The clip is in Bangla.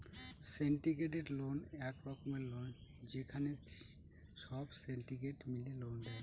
সিন্ডিকেটেড লোন এক রকমের লোন যেখানে সব সিন্ডিকেট মিলে লোন দেয়